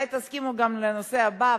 אולי תסכימו גם לנושא הבא,